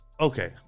okay